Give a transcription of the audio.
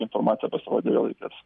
informacija pasirodė vėl reikės